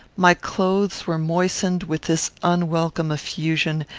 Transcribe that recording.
my clothes were moistened with this unwelcome effusion,